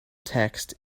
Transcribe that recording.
text